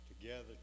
together